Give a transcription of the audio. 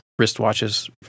wristwatches